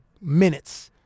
minutes